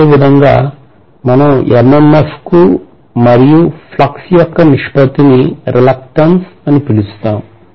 అదేవిధంగా మనం MMF కు మరియు ఫ్లక్స్ యొక్క నిష్పత్తిని reluctance అని పిలుస్తాము